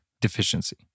deficiency